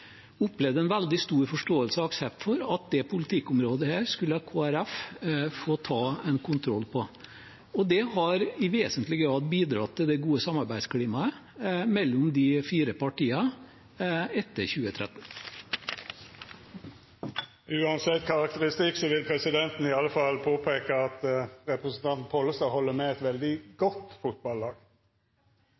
en regjering vi selv gikk inn i, opplevd en veldig stor forståelse og aksept for at dette politikkområdet skulle Kristelig Folkeparti få ta en kontroll på. Det har i vesentlig grad bidratt til det gode samarbeidsklimaet mellom de fire partiene etter 2013. Uansett karakteristikk vil presidenten påpeika at representanten Pollestad held med eit veldig godt fotballag!